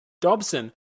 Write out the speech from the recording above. Dobson